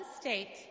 state